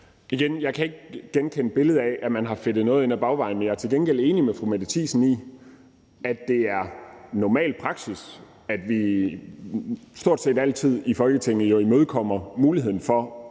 jeg ikke genkende billedet af, at man har fedtet noget ind ad bagvejen. Men jeg er til gengæld enig med fru Mette Thiesen i, at det jo er normal praksis, at vi i Folketinget stort set altid imødekommer muligheden for